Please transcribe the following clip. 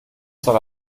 soll